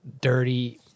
dirty